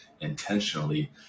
intentionally